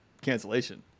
cancellation